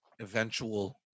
eventual